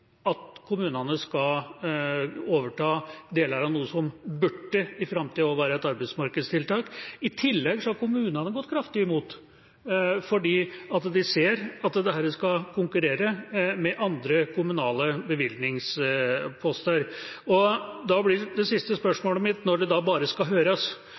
at kommunene skal overta deler av noe som også i framtida burde være et arbeidsmarkedstiltak. I tillegg har kommunene gått kraftig imot fordi de ser at dette skal konkurrere med andre kommunale bevilgningsposter. Da blir det siste spørsmålet mitt: Når det bare skal høres